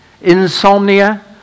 insomnia